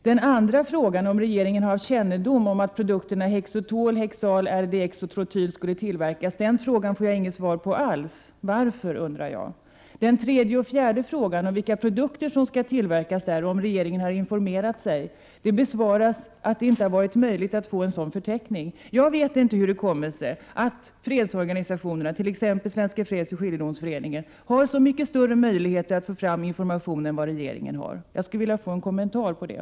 Den andra frågan, om regeringen haft kännedom om att produkterna hexotol, hezal, RDX och trotyl skulle tillverkas, får jag inte alls något svar på. Jag undrar varför. De tredje och fjärde frågorna, om vilka produkter som skall tillverkas och om regeringen har informerat sig, besvaras med att det inte varit möjligt att få en sådan förteckning. Jag vet inte hur det kommer sig att fredsorganisationerna, t.ex. Svenska fredsoch skiljedomsföreningen, har så mycket större möjligheter att få fram information än vad regeringen har. Jag skulle vilja ha en kommentar till detta.